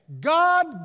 God